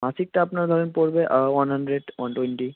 মাসিকটা আপনার ধরেন পড়বে ওয়ান হানড্রেড ওয়ান টোয়েনটি